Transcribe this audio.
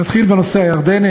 נתחיל בנושא הירדני.